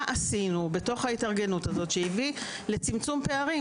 מה עשינו בתוך ההתארגנות הזאת שהביא לצמצום פערים?